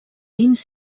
vins